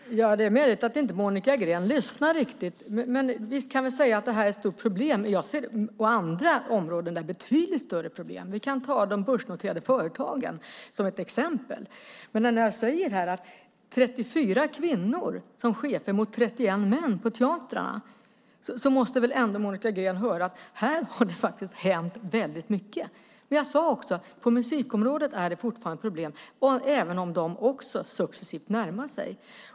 Herr talman! Det är möjligt att inte Monica Green lyssnar riktigt. Visst kan vi säga att det här är ett stort problem, men jag ser andra områden med betydligt större problem. Vi kan ta de börsnoterade företagen som ett exempel. När jag säger att vi har 34 kvinnor som chefer mot 31 män på teatrarna måste väl ändå Monica Green höra att det faktiskt har hänt väldigt mycket. Men jag sade också att det på musikområdet fortfarande är problem, även om de också successivt närmar sig.